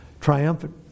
triumphant